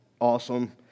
awesome